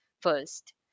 first